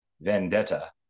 vendetta